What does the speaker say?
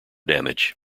damage